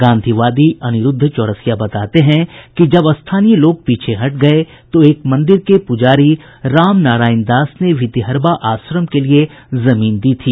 गांधीवादी अनिरुद्ध चौरसिया बताते हैं कि जब स्थानीय लोग पीछे हट गये तो एक मंदिर के पुजारी रामनारायण दास ने भितिहरवा आश्रम के लिए जमीन दी थी